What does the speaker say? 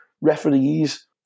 referees